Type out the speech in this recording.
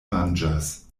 manĝas